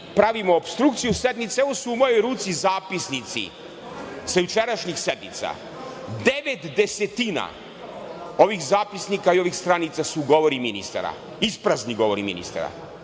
pravimo opstrukciju sednice. Evo su u mojoj ruci zapisnici sa jučerašnjih sednica. Devet desetina ovih zapisnika i ovih stranica su isprazni govori ministara,